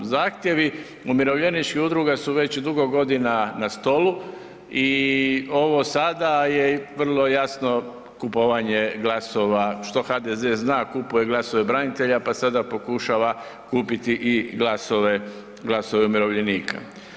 Zahtjevi umirovljeničkih udruga su već dugi godina na stolu i ovo sada je vrlo jasno kupovanje glasova što HDZ zna, kupuje glasova branitelja pa sada pokušava kupiti i glasove umirovljenika.